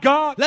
God